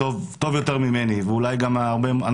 אתמול קיבלתי וואטסאפ מחבר שהוא